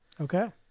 Okay